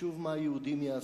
חשוב מה היהודים יעשו.